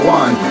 one